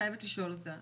יש לי שאלה או מחשבה.